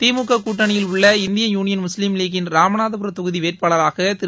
திமுக கூட்டணியில் உள்ள Indian union Muslim லீக்கின் ராமநாதபுர தொகுதி வேட்பாளராக திரு